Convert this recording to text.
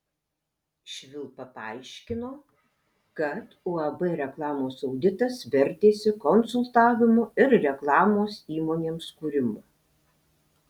švilpa paaiškino kad uab reklamos auditas vertėsi konsultavimu ir reklamos įmonėms kūrimu